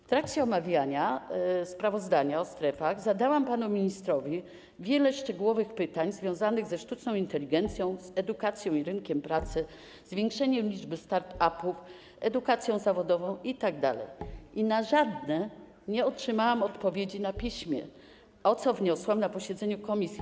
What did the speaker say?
W trakcie omawiania sprawozdania o strefach zadałam panu ministrowi wiele szczegółowych pytań związanych ze sztuczną inteligencją, z edukacją i rynkiem pracy, zwiększeniem liczby start-upów, edukacją zawodową itd. i na żadne nie otrzymałam odpowiedzi na piśmie, o co wniosłam na posiedzeniu komisji.